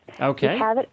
Okay